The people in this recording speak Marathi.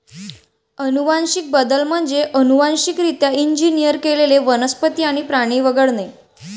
अनुवांशिक बदल म्हणजे अनुवांशिकरित्या इंजिनियर केलेले वनस्पती आणि प्राणी वगळणे